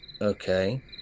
Okay